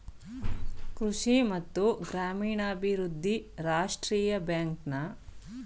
ಕೃಷಿ ಮತ್ತು ಗ್ರಾಮೀಣಾಭಿವೃದ್ಧಿ ರಾಷ್ಟ್ರೀಯ ಬ್ಯಾಂಕ್ ನ ಪ್ರಧಾನ ಕಾರ್ಯಾಲಯ ಎಲ್ಲಿದೆ?